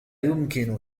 يمكن